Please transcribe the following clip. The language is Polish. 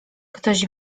ktoś